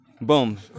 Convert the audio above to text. boom